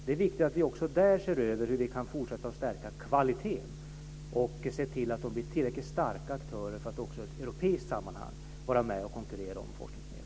Det är viktigt att vi också där ser över hur vi kan fortsätta att stärka kvaliteten och ser till att de blir tillräckligt starka aktörer för att också i ett europeiskt sammanhang vara med och konkurrera om forskningsmedel.